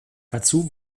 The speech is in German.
dazu